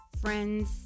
friends